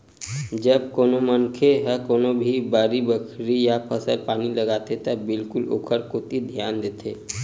जब कोनो मनखे ह कोनो भी बाड़ी बखरी या फसल पानी लगाथे त बिल्कुल ओखर कोती धियान देथे